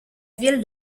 ville